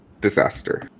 disaster